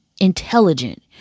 intelligent